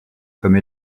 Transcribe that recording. comme